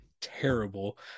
terrible